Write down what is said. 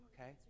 Okay